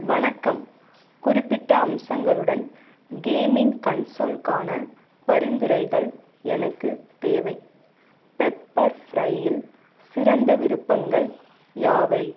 வணக்கம் குறிப்பிட்ட அம்சங்களுடன் கேமிங் கன்சோல் க்கான பரிந்துரைகள் எனக்கு தேவை பெப்பர் ஃப்ரையில் சிறந்த விருப்பங்கள் யாவை